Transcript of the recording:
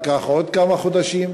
וזה לקח עוד כמה חודשים,